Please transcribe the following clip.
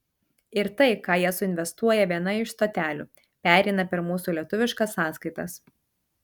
ir tai ką jie suinvestuoja viena iš stotelių pereina per mūsų lietuviškas sąskaitas